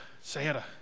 Santa